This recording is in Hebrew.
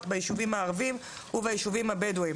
ביישובים הערביים וביישובים הבדואים.